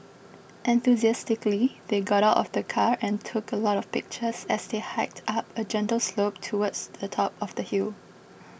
enthusiastically they got out of the car and took a lot of pictures as they hiked up a gentle slope towards the top of the hill